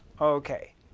Okay